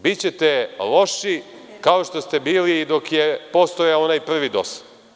Bićete loši kao što ste bili i dok je postojao onaj prvi DOS.